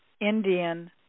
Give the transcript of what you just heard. Indian